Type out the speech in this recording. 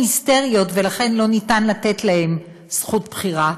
היסטריות ולכן לא ניתן לתת להן זכות בחירה,